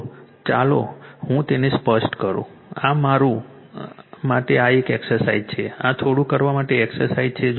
તો ચાલો હું તેને સ્પષ્ટ કરું આ માટે આ એક એક્સરસાઇઝ છે આ થોડું કરવા માટેની એક્સરસાઇઝ છે